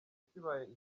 kibaye